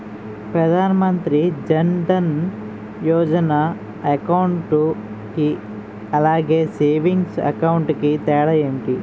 Pradhan Mantri Jan Dhan Yojana account కి అలాగే savings account కి తేడా ఏంటి?